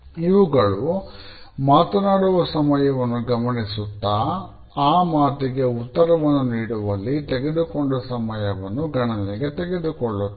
ಇವುಗಳು ಮಾತನಾಡುವ ಸಮಯವನ್ನು ಗಮನಿಸುತ್ತಾ ಆ ಮಾತಿಗೆ ಉತ್ತರವನ್ನು ನೀಡುವಲ್ಲಿ ತೆಗೆದುಕೊಂಡ ಸಮಯವನ್ನು ಗಣನೆಗೆ ತೆಗೆದುಕೊಳ್ಳುತ್ತದೆ